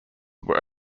were